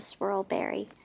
swirlberry